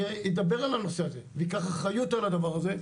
ידבר על הנושא וייקח אחריות על הדבר הזה.